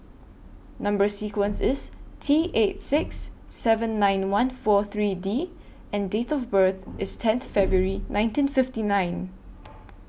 Number sequence IS T eight six seven nine one four three D and Date of birth IS tenth February nineteen fifty nine